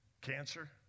Cancer